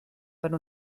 per